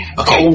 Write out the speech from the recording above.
okay